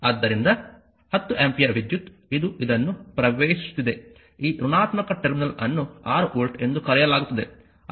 ಆದ್ದರಿಂದ 10 ಆಂಪಿಯರ್ ವಿದ್ಯುತ್ ಇದು ಇದನ್ನು ಪ್ರವೇಶಿಸುತ್ತಿದೆ ಈ ಋಣಾತ್ಮಕ ಟರ್ಮಿನಲ್ ಅನ್ನು 6 ವೋಲ್ಟ್ ಎಂದು ಕರೆಯಲಾಗುತ್ತದೆ